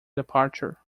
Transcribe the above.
departure